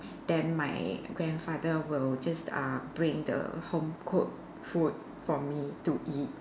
then my grandfather will just uh bring the homecooked food for me to eat